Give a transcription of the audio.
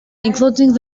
including